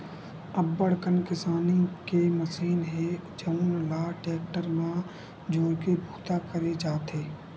अब्बड़ कन किसानी के मसीन हे जउन ल टेक्टर म जोरके बूता करे जाथे